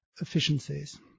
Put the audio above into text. efficiencies